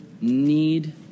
need